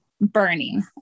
burning